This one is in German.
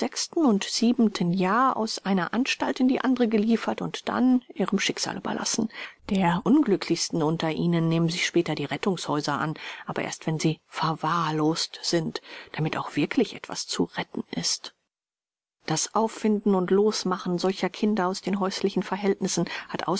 siebenten jahr aus einer anstalt in die andere geliefert und dann ihrem schicksal überlassen der unglücklichsten unter ihnen nehmen sich später die rettungshäuser an aber erst wenn sie verwahrlost sind damit auch wirklich etwas zu retten ist das auffinden und losmachen solcher kinder aus den häuslichen verhältnissen hat